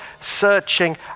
searching